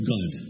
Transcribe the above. God